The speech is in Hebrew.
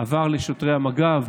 עבר לשוטרי המג"ב,